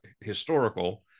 historical